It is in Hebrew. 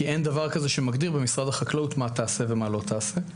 כי אין דבר כזה שמגדיר במשרד החקלאות מה תעשה ומה לא תעשה,